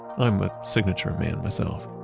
i'm a signature man myself.